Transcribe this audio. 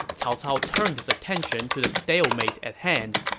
cao cao turned his attention to the stalemate at hand.